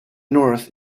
north